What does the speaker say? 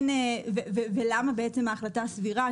ולמה בעצם ההחלטה סבירה?